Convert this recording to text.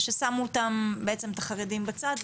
ששמו את החרדים בעצם בצד,